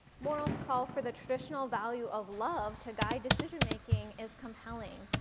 morrell's call for the traditional value of love to guide decision-making is compelling.